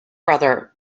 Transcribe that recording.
brother